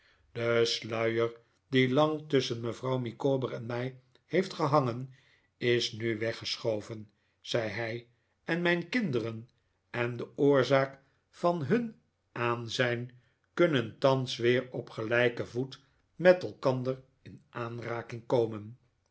de sluier die lang tusschen mevrouw micawber en mij heeft gehangen is nu weggeschoven zei hij en mijn kinderen en de oorzaak van hun aanzijn kunnen thans weer op gelijken voet met elkander in aanraking komen